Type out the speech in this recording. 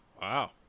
wow